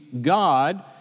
God